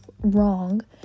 wrong